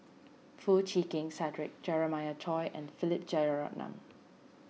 Foo Chee Keng Cedric Jeremiah Choy and Philip Jeyaretnam